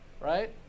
Right